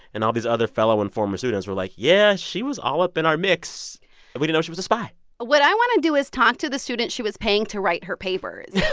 and all these other fellow and former students were like, yeah, she was all up in our mix, and we didn't know she was a spy what i want to do is talk to the students she was paying to write her papers